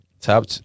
Top